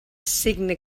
cigne